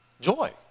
joy